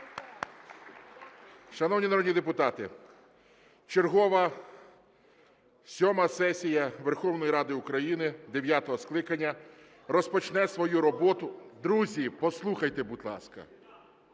Шановні народні депутати, чергова сьома сесія Верховної Ради України дев'ятого скликання розпочне свою роботу... (Шум у залі) Друзі, послухайте, будь ласка.